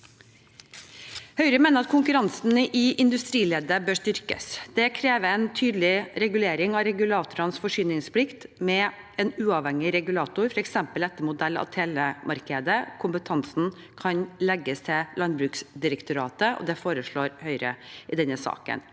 Høyre mener at konkurransen i industrileddet bør styrkes. Det krever en tydelig regulering av regulatorenes forsyningsplikt, med en uavhengig regulator, f.eks. etter modell av telemarkedet. Kompetansen kan legges til Landbruksdirektoratet, og det foreslår Høyre i denne saken.